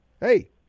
Hey